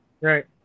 right